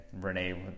Renee